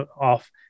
off